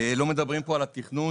לא מדברים פה על התכנון,